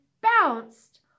bounced